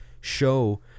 show